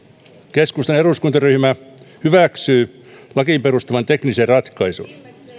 keskustan eduskuntaryhmä hyväksyy lakiin perustuvan teknisen ratkaisun